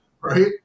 right